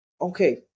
okay